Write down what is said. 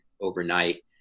overnight